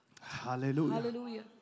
Hallelujah